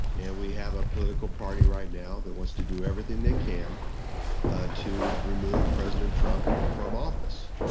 and we have a political party right now that wants to do everything they can to remove president trump from office.